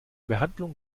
behandlung